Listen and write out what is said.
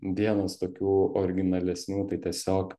vienas tokių originalesnių tai tiesiog